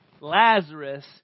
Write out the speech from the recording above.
Lazarus